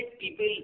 people